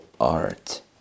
art